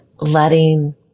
letting